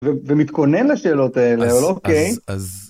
‫ומתכונן לשאלות האלה, אוקיי? ‫-אז...